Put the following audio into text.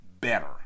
better